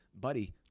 buddy